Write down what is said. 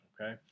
Okay